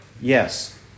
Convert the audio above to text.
Yes